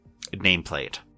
nameplate